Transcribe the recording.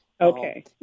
Okay